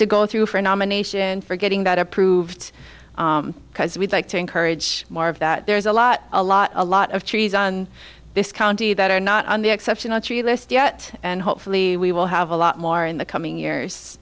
to go through for a nomination for getting that approved because we'd like to encourage more of that there's a lot a lot a lot of trees on this county that are not on the exceptional tree list yet and hopefully we will have a lot more in the coming years